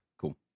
cool